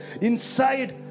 inside